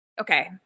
Okay